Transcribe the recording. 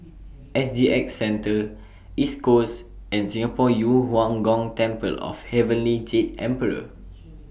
S G X Centre East Coast and Singapore Yu Huang Gong Temple of Heavenly Jade Emperor